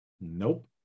Nope